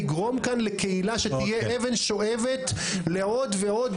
לגרום כאן לקהילה שתהיה אבן שואבת לעוד ועוד